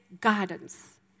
guidance